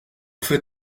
führt